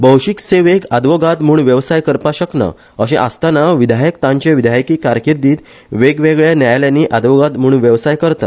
भौशिक सेवक आदवोगाद म्हण व्यवसाय करपा शकना अशें आसतना विधायक तांचे विधायकी कारकिर्दीत वेगवेगळ्या न्यायालयानी आदवोगाद म्हुण व्यवसाय करतात